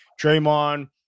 Draymond